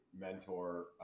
mentor